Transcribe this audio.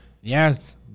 yes